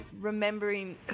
remembering